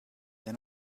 then